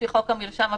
לפי חוק המרשם הפלילי,